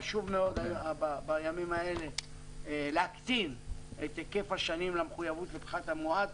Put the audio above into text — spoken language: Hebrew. חשוב מאוד בימים האלה להקטין את היקף השנים למחויבות לפחת המואץ.